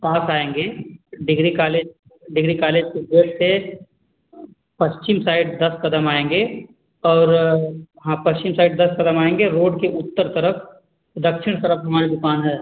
पास आएँगे degree college degree college के gate से पश्चिम साइड दस कदम आएँगे और हाँ पश्चिम साइड दस कदम आएँगे रोड के उत्तर तरफ दक्षिण तरफ हमारी दुकान है